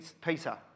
Peter